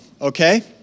okay